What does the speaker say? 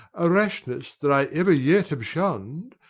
a rashness that i ever yet have shunn'd,